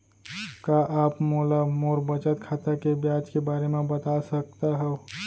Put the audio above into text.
का आप मोला मोर बचत खाता के ब्याज के बारे म बता सकता हव?